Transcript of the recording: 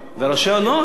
איך אתה יודע?